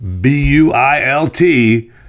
B-U-I-L-T